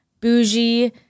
bougie